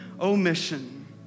omission